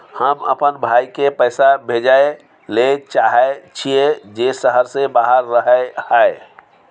हम अपन भाई के पैसा भेजय ले चाहय छियै जे शहर से बाहर रहय हय